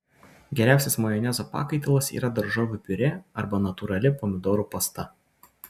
geriausias majonezo pakaitalas yra daržovių piurė arba natūrali pomidorų pasta